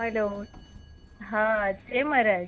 hello હા જય મહારાજ